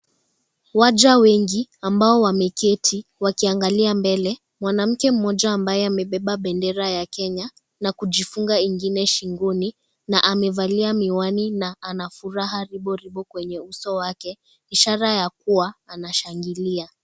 Waja wengi ambao wameketi wakiangalia mbele. Mwanamke mmoja ambaye amebeba bendera ya Kenya na kujifungua ingine shingoni na amevalia miwani na ana furaha ribo ribo kwenye uso wake, ishara ya kuwa wanashangilia.